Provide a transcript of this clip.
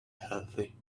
healthy